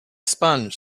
sponge